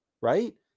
right